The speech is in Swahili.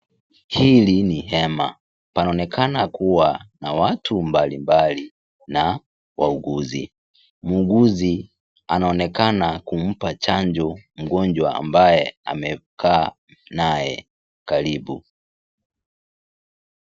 Hili ni hema, panaonekana kuwa na watu mbalimbali na wauguzi, muuguzi anaonekana kumpa chanjo mgonjwa ambaye amekaa naye karibu.